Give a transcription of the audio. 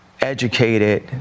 educated